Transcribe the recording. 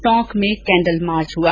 टोंक में candle march हआ